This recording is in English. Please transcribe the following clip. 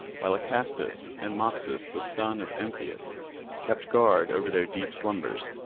while acastus and mopsus the son of ampyeus kept guard over their deep slumbers.